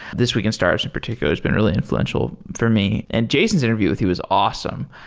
this week in startups in particular has been really influential for me. and jason's interview with you was awesome.